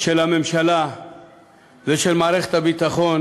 של הממשלה ושל מערכת הביטחון